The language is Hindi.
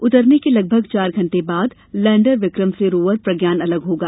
उतरने के लगभग चार घंटे बाद लैंडर विक्रम से रोवर प्रज्ञान अलग होगा